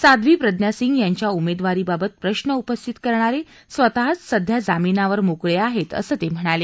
साध्वी प्रज्ञासिंग यांच्या उमेदवारीबाबत प्रश्न उपस्थित करणारे स्वतःच सध्या जामीनावर मोकळे आहेत असं ते म्हणाले